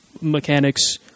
mechanics